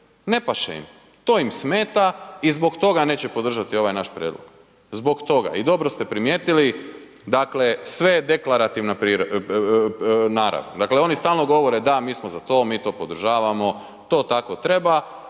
Ne paše im, to im smeta i zbog toga neće podržati ovaj naš prijedlog, zbog toga. I dobro ste primijetili dakle sve je deklarativna narav. Dakle oni stalno govore da mi smo za to, mi to podržavamo, to tako treba